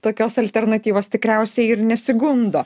tokios alternatyvos tikriausiai ir nesigundo